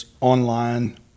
online